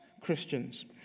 Christians